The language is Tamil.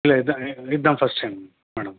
இல்லை இதான் இதான் ஃபர்ஸ்ட் டைம் மேடம்